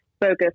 focus